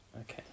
Okay